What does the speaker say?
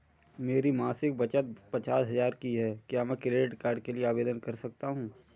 मेरी मासिक बचत पचास हजार की है क्या मैं क्रेडिट कार्ड के लिए आवेदन कर सकता हूँ?